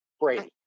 Brady